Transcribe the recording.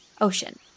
ocean